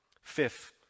Fifth